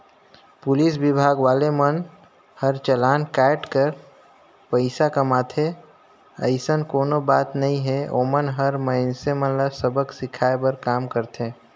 police विभाग वाले मन हर चलान कायट कर पइसा कमाथे अइसन कोनो बात नइ हे ओमन हर मइनसे मन ल सबक सीखये कर काम करथे